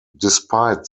despite